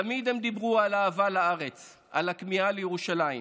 תמיד הם דיברו על אהבה לארץ, על הכמיהה לירושלים.